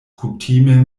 kutime